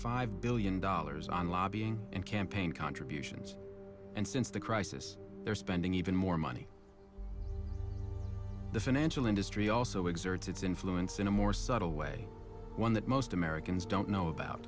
five billion dollars on lobbying and campaign contributions and since the crisis they're spending even more money the financial industry also exerts its influence in a more subtle way one that most americans don't know about